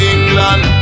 England